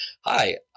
hi